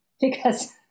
because-